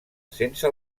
sense